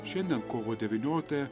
šiandien kovo devynioliktąją